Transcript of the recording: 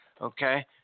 Okay